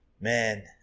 man